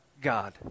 God